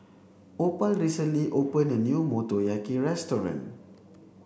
Opal recently opened a new Motoyaki restaurant